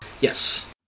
Yes